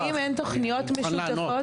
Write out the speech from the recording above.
האם אין תוכניות משותפות?